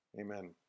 Amen